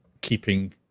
keeping